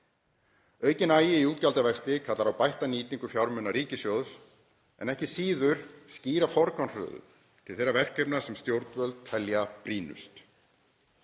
Aukinn agi í útgjaldavexti kallar á bætta nýtingu fjármuna ríkissjóðs en ekki síður skýra forgangsröðun til þeirra verkefna sem stjórnvöld telja brýnust.